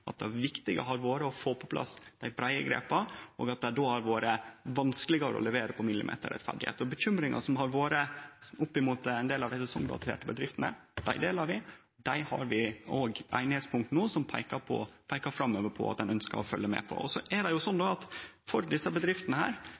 viktige har vore å få på plass dei breie grepa, og at det då har vore vanskelegare å levere på millimeterrettferd. Vi deler bekymringane som har vore opp mot ein del av desse sesongrelaterte bedriftene. Der har vi òg einigheitspunkt no som peikar framover på at ein ønskjer å følgje med på det. Så er det sånn at for desse bedriftene